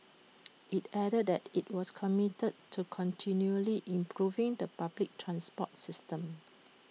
IT added that IT was committed to continually improving the public transport system